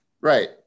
Right